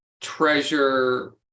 treasure